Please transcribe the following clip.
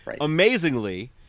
Amazingly